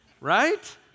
Right